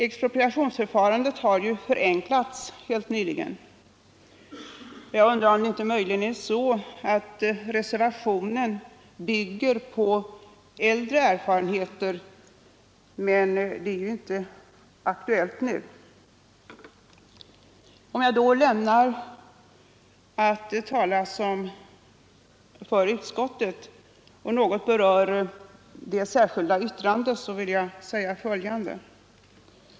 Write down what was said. Expropriationsförfarandet har ju förenklats helt nyligen, och jag undrar om det inte möjligen är så att reservationen bygger på äldre erfarenheter, som inte längre är aktuella. Jag övergår nu från att tala för utskottet till att något beröra det särskilda yttrandet.